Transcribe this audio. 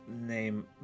name